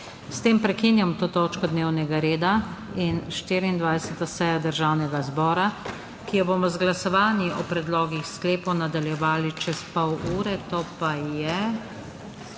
S tem prekinjam to točko dnevnega reda in 24. sejo Državnega zbora, ki jo bomo z glasovanji o predlogih sklepov nadaljevali čez pol ure, to je